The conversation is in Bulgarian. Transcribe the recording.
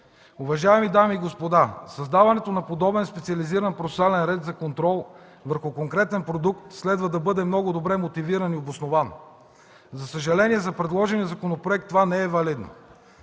Уважаеми дами и господа, създаването на подобен специализиран процесуален ред за контрол върху конкретен продукт следва да бъде много добре мотивирано и обосновано. За съжаление, за предложения проект това не е валидно.